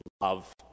love